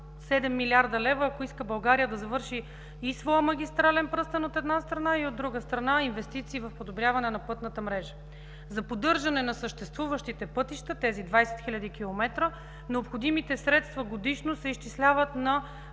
7 млрд. лв., ако иска България да завърши и своя магистрален пръстен, от една страна, и от друга страна – инвестиции в подобряване на пътната мрежа. За поддържане на съществуващите пътища – тези 20 хил. км, необходимите средства годишно се изчисляват на